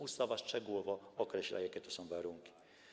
Ustawa szczegółowo określa, jakie to są warunki.